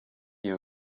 you